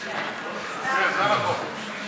בחירות ומימון מפלגות,